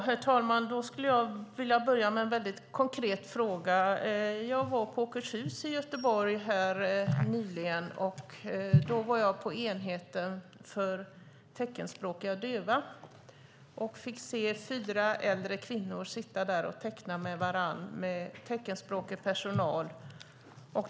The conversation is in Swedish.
Herr talman! Jag skulle vilja börja med en mycket konkret fråga. Jag var nyligen på Åkerhus äldreboende i Göteborg. Jag var på enheten för teckenspråkiga döva och fick se fyra äldre kvinnor sitta där och teckna med varandra med teckenspråkig personal.